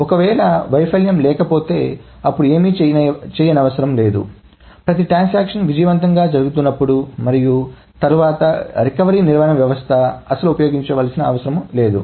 ఒకవేళ వైఫల్యం లేకపోతే అప్పుడు ఏమీ చేయనవసరం లేదు ప్రతి ట్రాన్సాక్షన్ విజయవంతంగా జరుగుతున్నప్పుడు మరియు తరువాత రికవరీ నిర్వహణ వ్యవస్థ అస్సలు ఉపయోగించాల్సిన అవసరం లేదు